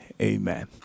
amen